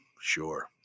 Sure